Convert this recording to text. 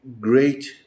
great